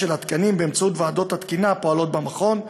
של התקנים באמצעות ועדות התקינה הפועלות במכון,